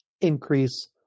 increase